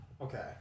Okay